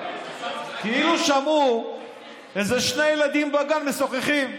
כאילו שמעו שני ילדים בגן משוחחים.